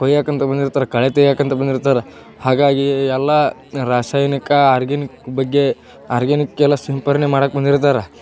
ಕೊಯ್ಯಕ್ಕೆ ಅಂತ ಬಂದಿರ್ತಾರೆ ಕಳೆ ತೆಗಿಯಕ್ಕೆ ಅಂತ ಬಂದಿರ್ತಾರ ಹಾಗಾಗಿ ಎಲ್ಲ ರಾಸಾಯನಿಕ ಅರ್ಗಿನ ಬಗ್ಗೆ ಅರ್ಗಿನ ಕೆಲ ಸಿಂಪರ್ಣೆ ಮಾಡಕ್ಕೆ ಬಂದಿರ್ತಾರೆ